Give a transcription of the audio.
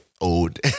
old